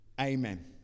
Amen